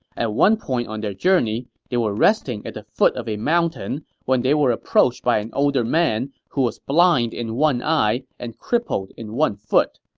at one point on their journey, they were resting at the foot of a mountain when they were approached by an older man who was blind in one eye and crippled in one foot.